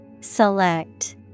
Select